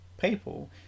people